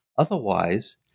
Otherwise